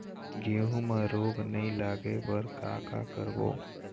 गेहूं म रोग नई लागे बर का का करबो?